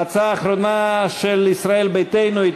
ההצעה האחרונה, של ישראל ביתנו: